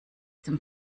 dem